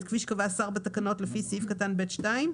כפי שקבע השר בתקנות לפי סעיף קטן (ב)(2),